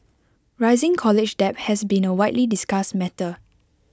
rising college debt has been A widely discussed matter